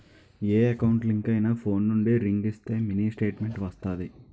ఏ account link అయినా phone నుండి ring ఇస్తే మినీ స్టేట్మెంట్ వస్తాది